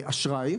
אשראי,